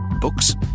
Books